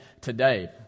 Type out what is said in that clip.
today